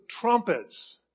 trumpets